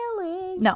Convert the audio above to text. No